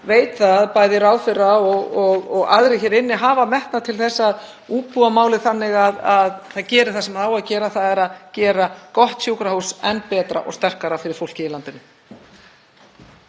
veit að bæði ráðherra og aðrir hér inni hafa metnað til að útbúa málið þannig að það geri það sem á að gera, þ.e. gera gott sjúkrahús enn betra og sterkara fyrir fólkið í landinu.